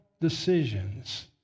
decisions